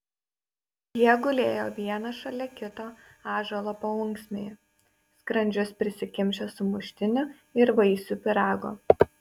jie gulėjo vienas šalia kito ąžuolo paunksmėje skrandžius prisikimšę sumuštinių ir vaisių pyrago